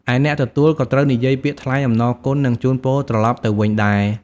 ឯអ្នកទទួលក៏ត្រូវនិយាយពាក្យ ថ្លែងអំណរគុណ និងជូនពរត្រឡប់ទៅវិញដែរ។